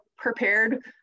prepared